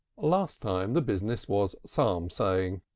last time the business was psalm-saying.